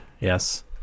yes